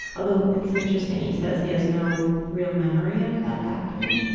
although it's interesting, he says he has no real memory of that happening.